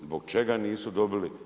Zbog čega nisu dobili?